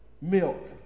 milk